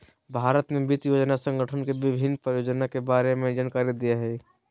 भारत में वित्त योजना संगठन के विभिन्न परियोजना के बारे में जानकारी दे हइ